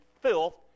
filth